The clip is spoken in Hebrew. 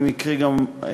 במקרה אני קיימתי